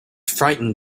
frightened